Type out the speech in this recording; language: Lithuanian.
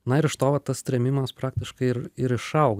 na ir iš to va tas trėmimas praktiškai ir ir išauga